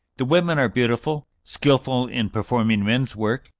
the women are beautiful, skilful in performing men's work,